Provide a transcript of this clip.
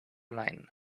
line